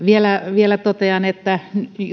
vielä totean että